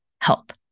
help